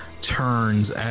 turns